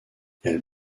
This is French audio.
elle